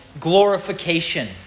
glorification